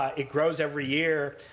ah it grows every year